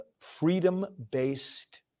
freedom-based